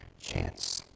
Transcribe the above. chance